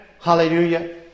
Hallelujah